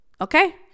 Okay